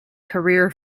career